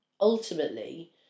ultimately